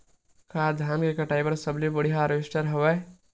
का धान के कटाई बर सबले बढ़िया हारवेस्टर हवय?